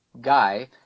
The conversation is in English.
guy